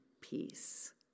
peace